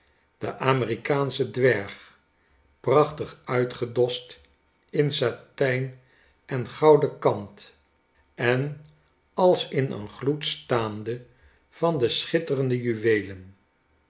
den amerikaanschen dwerg prachtig uitgedost in satijn en gouden kant en als in een gloed staande van de schitterende juweelen